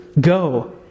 Go